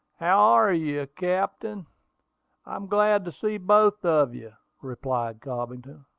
how are you, captain i'm glad to see both of you, replied cobbington.